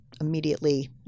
immediately